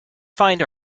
find